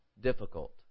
difficult